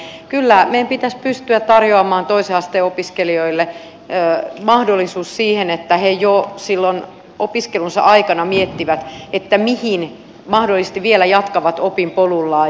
eli kyllä meidän pitäisi pystyä tarjoamaan toisen asteen opiskelijoille mahdollisuus siihen että he jo silloin opiskelunsa aikana miettivät mihin mahdollisesti vielä jatkavat opinpolullaan